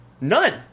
None